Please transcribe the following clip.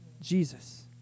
Jesus